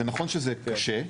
זה נכון שזה קשה,